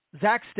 Zach